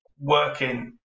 working